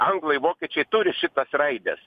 anglai vokiečiai turi šitas raides